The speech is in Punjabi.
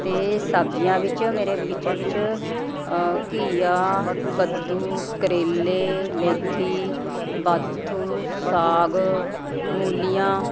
ਅਤੇ ਸਬਜ਼ੀਆਂ ਵਿੱਚ ਮੇਰੇ ਬਗ਼ੀਚੇ ਵਿੱਚ ਘੀਆ ਕੱਦੂ ਕਰੇਲੇ ਮੇਥੀ ਬਾਥੂ ਸਾਗ ਮੂਲੀਆਂ